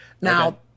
Now